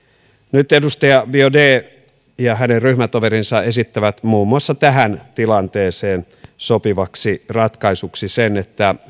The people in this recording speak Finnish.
nyt edustaja biaudet ja hänen ryhmätoverinsa esittävät muun muassa tähän tilanteeseen sopivaksi ratkaisuksi sen että